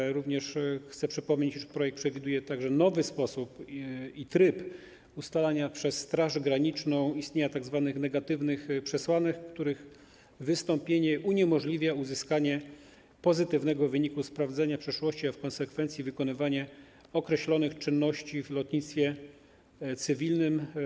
Chcę również przypomnieć, że projekt przewiduje nowy sposób i tryb ustalania przez Straż Graniczną istnienia tzw. negatywnych przesłanek, których wystąpienie uniemożliwia uzyskanie pozytywnego wyniku sprawdzenia przeszłości, a w konsekwencji wykonywanie określonych czynności w lotnictwie cywilnym.